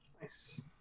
Nice